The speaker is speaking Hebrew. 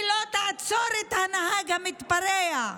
היא לא תעצור את הנהג המתפרע,